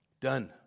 Done